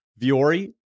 Viore